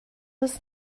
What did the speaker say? his